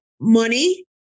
money